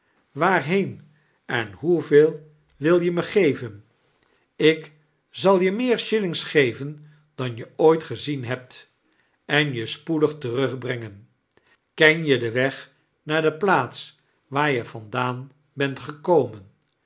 waarheen en hoeveel wil je me geven ik zal je meer shillings geven dan je ooit gezien hebt en je spoedig terugbrengen ken je den weg naar de plaats waar je vandaan bent gekomen